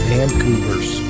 Vancouvers